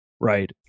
right